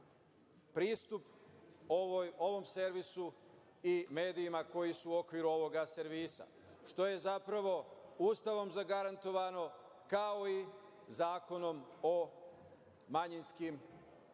pristup ovom servisu i medijima koji su u okviru ovog servisa. Što je zapravo Ustavom zagarantovano kao i Zakonom o manjinskim